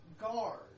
guard